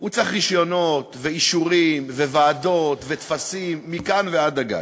הוא צריך רישיונות ואישורים וועדות וטפסים מכאן ועד הגג.